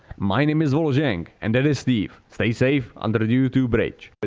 my name is vol jang and that is steve, stay safe under the youtube bridge. but